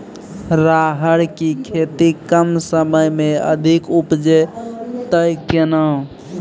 राहर की खेती कम समय मे अधिक उपजे तय केना?